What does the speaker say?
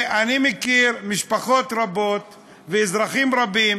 ואני מכיר משפחות רבות ואזרחים רבים